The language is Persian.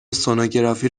سنوگرافی